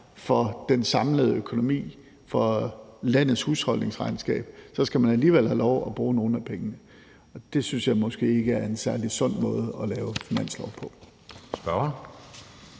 for den samlede økonomi og for landets husholdningsregnskab, skal man alligevel have lov at bruge nogle af pengene. Det synes jeg måske ikke er en særlig sund måde at lave finanslove på.